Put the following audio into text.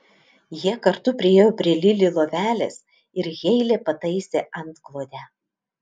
jie kartu priėjo prie lili lovelės ir heilė pataisė antklodę